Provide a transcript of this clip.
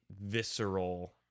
visceral